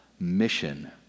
Mission